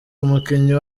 umukinnyi